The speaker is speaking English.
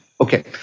Okay